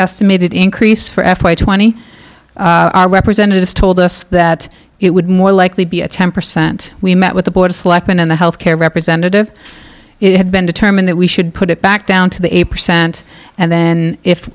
estimated increase for f y twenty our representatives told us that it would more likely be a ten percent we met with the board of selectmen in the health care representative it had been determined that we should put it back down to the eight percent and then if